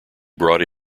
brought